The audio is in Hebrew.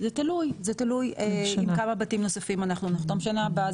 זה תלוי עם כמה בתים נוספים אנחנו נחתום בשנה הבאה.